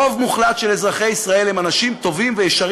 רוב מוחלט של אזרחי ישראל הם אנשים טובים וישרים,